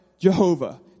Jehovah